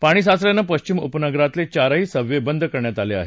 पाणी साचल्याने पश्विम उपनगरांतले चारही सबवे बंद करण्यात आले आहेत